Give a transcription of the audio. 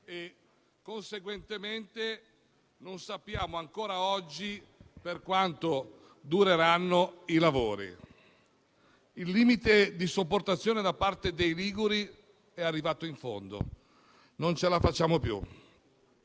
e, conseguentemente, non sappiamo, ancora oggi, per quanto dureranno i lavori. La sopportazione da parte dei liguri è arrivata al limite: non ce la facciamo più.